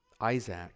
Isaac